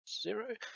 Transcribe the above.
Zero